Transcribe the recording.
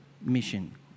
mission